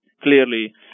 Clearly